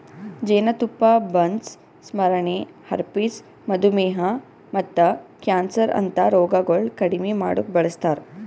ಜೇನತುಪ್ಪ ಬರ್ನ್ಸ್, ಸ್ಮರಣೆ, ಹರ್ಪಿಸ್, ಮಧುಮೇಹ ಮತ್ತ ಕ್ಯಾನ್ಸರ್ ಅಂತಾ ರೋಗಗೊಳ್ ಕಡಿಮಿ ಮಾಡುಕ್ ಬಳಸ್ತಾರ್